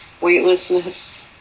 weightlessness